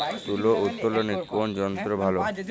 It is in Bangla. তুলা উত্তোলনে কোন যন্ত্র ভালো?